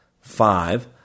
Five